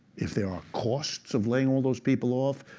if there are costs of laying all those people off,